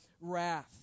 wrath